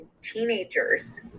teenagers